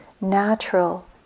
natural